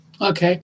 okay